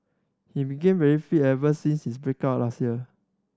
he became very fit ever since his break up last year